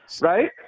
Right